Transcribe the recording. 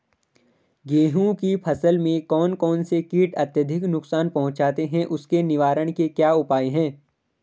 गेहूँ की फसल में कौन कौन से कीट अत्यधिक नुकसान पहुंचाते हैं उसके निवारण के क्या उपाय हैं?